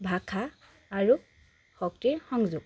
ভাষা আৰু শক্তিৰ সংযোগ